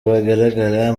bagaragara